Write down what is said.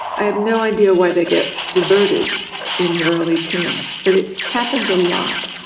i have no idea why they get diverted in the early teens, but it happens a lot.